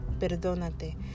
perdónate